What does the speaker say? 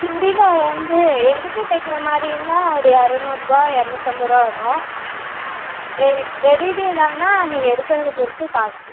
சுடிதார் வந்து எடுத்து தைக்கிற மாதிரி இருந்தால் ஒரு இரநூறுபா இரநூத்து ஐம்பது ரூபா வரும் ரெடிமேடானா இருந்தால் நீங்கள் எடுக்கிறத பொறுத்து காசு